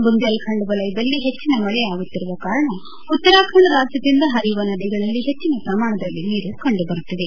ಬುಂದೇಲ್ಖಂಡ ವಲಯದಲ್ಲಿ ಹೆಚ್ಚನ ಮಳೆಯ ಆಗುತ್ತಿರುವ ಕಾರಣ ಉತ್ತರಖಂಡ್ ರಾಜ್ಯದಿಂದ ಹರಿಯುವ ನದಿಗಳಲ್ಲಿ ಹೆಚ್ಚನ ಪ್ರಮಾಣದಲ್ಲಿ ನೀರು ಕಂಡು ಬರುತ್ತಿದೆ